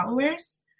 followers